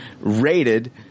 rated